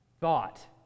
thought